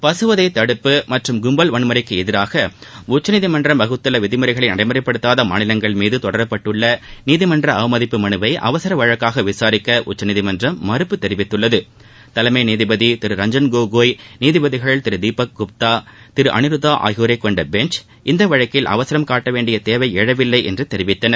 பசுவதை தடுப்பு மற்றும் கும்பல் வன்முறைக்கு எதிராக உச்சநீதிமன்றம் வகுத்துள்ள விதிமுறைகளை நடைமுறைப்படுத்தாத மாநிலங்கள் மீது தொடரப்பட்டுள்ள நீதிமன்ற அவமதிப்பு மனுவை அவசர வழக்காக விசாரிக்க உச்சநீதிமன்றம் மறப்பு தெரிவித்துள்ளது தலைமை நீதிபதி திரு ரஞ்சன் கோகோய் நீதிபதிகள் திரு தீபக் குப்தா திரு அளிருதா ஆகியோர் கொண்ட பெஞ்ச் இந்த வழக்கில் அவசரம் காட்டவேண்டிய தேவை எழவில்லை என்று தெரிவித்தனர்